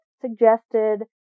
suggested